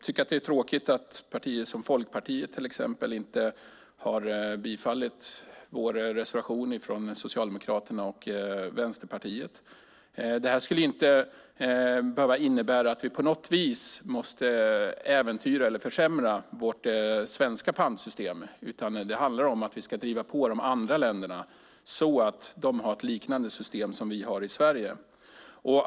Det är tråkigt att partier som till exempel Folkpartiet inte har tillstyrkt reservationen från Socialdemokraterna och Vänsterpartiet. Detta skulle inte behöva innebära att vi på något vis måste äventyra eller försämra vårt svenska pantsystem, utan det handlar om att vi ska driva på de andra länderna så att de har ett system som liknar det som vi har i Sverige.